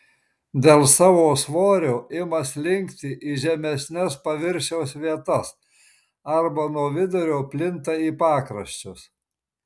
dėl savo svorio ima slinkti į žemesnes paviršiaus vietas arba nuo vidurio plinta į pakraščius